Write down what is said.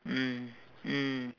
mm mm